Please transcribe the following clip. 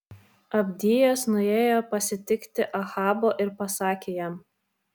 abdijas nuėjo pasitikti ahabo ir pasakė jam